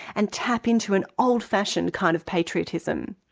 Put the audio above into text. and tap into an old-fashioned kind of patriotism.